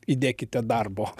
įdėkite darbo